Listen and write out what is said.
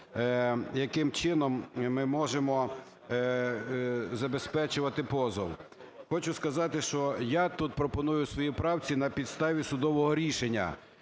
яким чином ми можемо забезпечувати позов. Хочу сказати, що я тут пропоную у своїй правці – на підставі судового рішення.